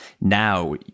Now